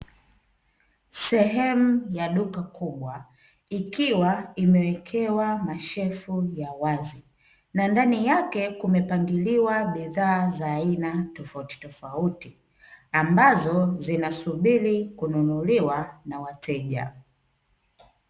Sehemu ya duka kubwa ikiwa imewekewa mashelfu ya wazi, na ndani yake kumepangiliwa bidhaa za aina tofautitofauti ambazo zinasubiri kununuliwa na wateja.